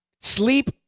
Sleep